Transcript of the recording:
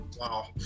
wow